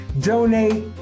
donate